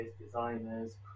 designers